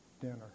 dinner